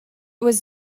was